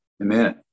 Amen